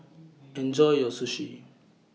Enjoy your Sushi